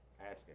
asking